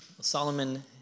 Solomon